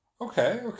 Okay